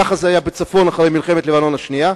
כך זה היה בצפון לאחר מלחמת לבנון השנייה,